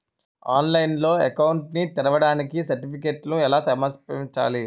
ఆన్లైన్లో అకౌంట్ ని తెరవడానికి సర్టిఫికెట్లను ఎలా సమర్పించాలి?